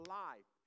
life